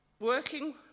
Working